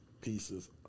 pieces